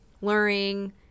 luring